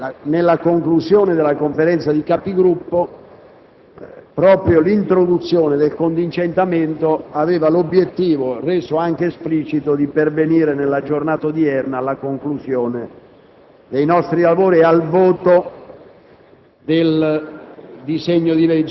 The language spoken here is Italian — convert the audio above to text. ricordo che a conclusione della Conferenza dei Capigruppo è stato introdotto il contingentamento dei tempi con l'obiettivo - reso anche esplicito - di pervenire, nella giornata odierna, alla conclusione dei nostri lavori e al voto